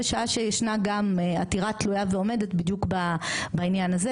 בשעה שישנה גם עתירה תלויה ועומדת בדיוק בעניין הזה,